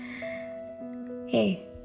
Hey